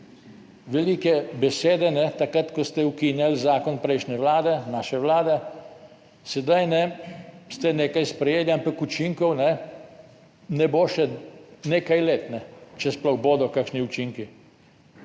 Velike besede, takrat, ko ste ukinjali zakon prejšnje vlade, naše Vlade, sedaj ste nekaj sprejeli, ampak učinkov ne bo še nekaj let, če sploh bodo kakšni učinki.